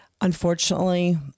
unfortunately